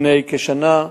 לפני כשנה,